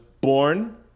born